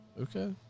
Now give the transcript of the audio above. Okay